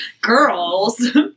Girls